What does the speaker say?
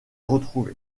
retrouvé